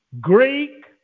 Greek